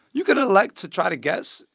you can elect to try to guess,